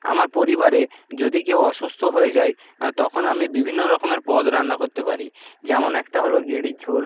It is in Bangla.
আমার পরিবারে যদি কেউ অসুস্থ হয়ে যায় তখন আমি বিভিন্ন রকমের পদ রান্না করতে পারি যেমন একটা হলো গেঁড়ির ঝোল